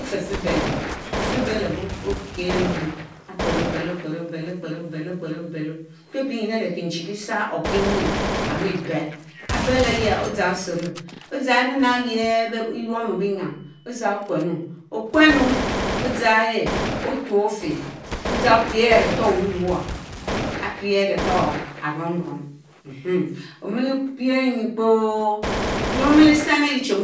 Mfefebeleb, ofeh beles okie ehh lé omuen еkperr obelo Kperobeto kperobelo, Epiepie kinchin the Sam or kué nyierr, amibel; A belo eyeh odzang otsero odzang enena eyehh beh eyuomo benyam odzang oquenu; oquenu odzang ehn otuofer odzang opiehh aré owuworr apie aré huh are romrom mn omile piehh enyie-kpo wnkuro wnmele tsen agie chin